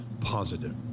positive